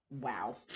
Wow